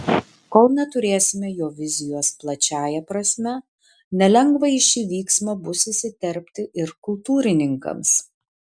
kol neturėsime jo vizijos plačiąja prasme nelengva į šį vyksmą bus įsiterpti ir kultūrininkams